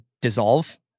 dissolve